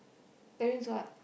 that means what